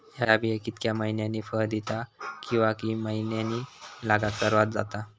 हया बिया कितक्या मैन्यानी फळ दिता कीवा की मैन्यानी लागाक सर्वात जाता?